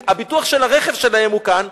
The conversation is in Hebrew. הביטוח של הרכב שלהם הוא כאן,